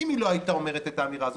אם היא לא הייתה אומרת את האמירה הזאת,